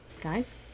guys